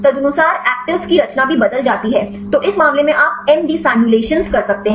तदनुसार एक्टिविज़ की रचना भी बदल जाती है तो इस मामले में आप एमडी सिमुलेशन कर सकते हैं